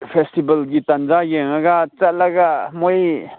ꯐꯦꯁꯇꯤꯕꯦꯜꯒꯤ ꯇꯟꯖꯥ ꯌꯦꯡꯉꯒ ꯆꯠꯂꯒ ꯃꯣꯏ